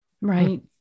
Right